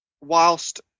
whilst